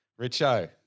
Richo